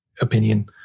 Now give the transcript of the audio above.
opinion